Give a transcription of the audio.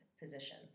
position